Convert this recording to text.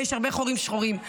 ויש הרבה חורים שחורים.